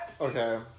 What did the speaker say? okay